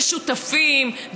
ושותפים,